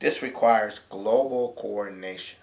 this requires global coronation